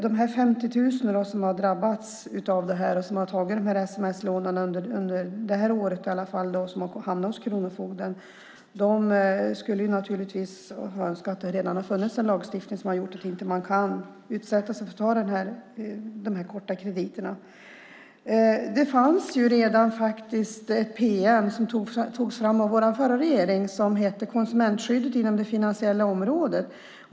De 50 000 som har drabbats av det här, som har tagit sms-lån under det här året och som har hamnat hos kronofogden önskar naturligtvis att det redan hade funnits en lagstiftning som hade gjort att de inte hade kunnat utsätta sig för de här korta krediterna. Det togs faktiskt fram ett PM av vår förra regering. Det heter Konsumentskyddet inom det finansiella området .